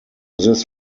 this